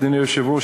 אדוני היושב-ראש,